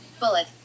bullet